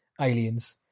Aliens